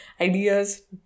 ideas